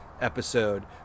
episode